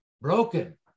broken